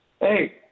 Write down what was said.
Hey